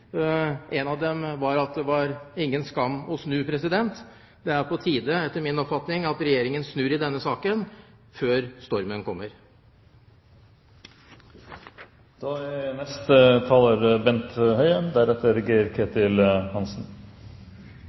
av dem var at det er ingen skam å snu. Det er etter min oppfatning på tide at Regjeringen snur i denne saken før stormen kommer.